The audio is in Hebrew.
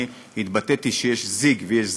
אני התבטאתי שיש זיג ויש זג,